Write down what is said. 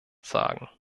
sagen